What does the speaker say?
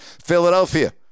Philadelphia